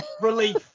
Relief